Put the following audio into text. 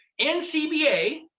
NCBA